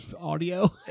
audio